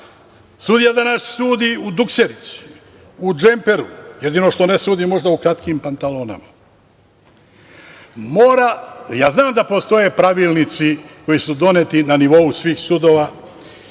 Sudija danas sudi u dukserici, u džemperu, jedino što ne sudi možda u kratkim pantalonama. Znam da postoje pravilnici koji su doneti na nivou svih sudova,